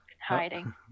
Hiding